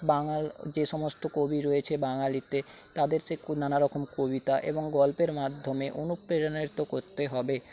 বাঙাল যে সমস্ত কবি রয়েছে বাঙালিতে তাদের সে নানারকম কবিতা এবং গল্পের মাধ্যমে অনুপ্রেরণায় তো করতে হবে